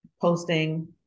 posting